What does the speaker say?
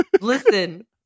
Listen